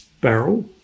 barrel